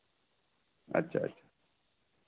ᱟᱪᱪᱷᱟ ᱟᱪᱪᱷᱟ